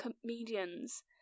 comedians